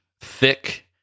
thick